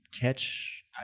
catch